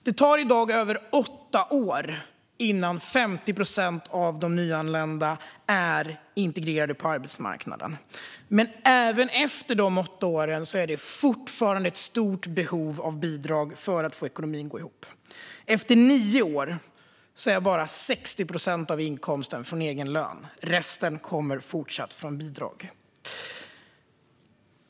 Det tar i dag över åtta år innan 50 procent av de nyanlända är integrerade på arbetsmarknaden. Men även efter de åtta åren finns det fortfarande ett stort behov av bidrag för att få ekonomin att gå ihop. Efter nio år är bara 60 procent av inkomsten från egen lön. Resten kommer fortsatt från bidrag.